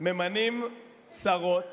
ממנים שרות